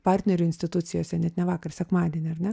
partnerių institucijose net ne vakar sekmadienį ar ne